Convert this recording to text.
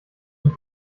und